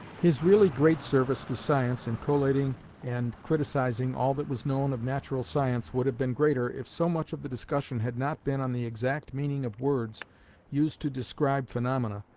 his really great service to science in collating and criticising all that was known of natural science would have been greater if so much of the discussion had not been on the exact meaning of words used to describe phenomena,